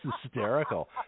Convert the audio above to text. hysterical